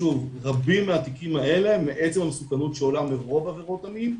רבים מהתיקים האלה מעצם המסוכנות שעולה מרוב עבירות המין,